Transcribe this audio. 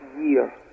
year